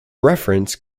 reference